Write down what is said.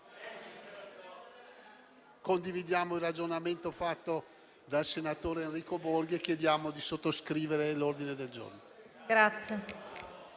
condividiamo il ragionamento fatto dal senatore Enrico Borghi e chiediamo di sottoscrivere l'ordine del giorno.